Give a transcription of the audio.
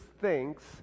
thinks